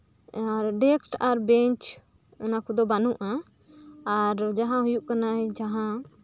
desk ᱟᱨ bench ᱚᱱᱟ ᱠᱚᱫᱚ ᱵᱟᱹᱱᱩᱜᱼᱟ ᱟᱨ ᱡᱟᱸᱦᱟ ᱦᱩᱭᱩᱜ ᱠᱟᱱᱟ ᱡᱟᱸᱦᱟ